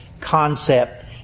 concept